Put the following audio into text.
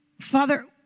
Father